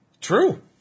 True